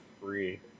free